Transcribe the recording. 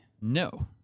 no